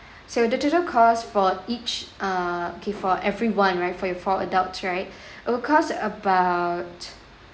so the total cost for each uh okay for everyone right for your four adults right it will cost about